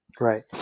Right